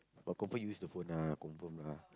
but confirm use the phone lah confirm lah